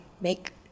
make